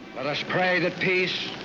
let us pray that peace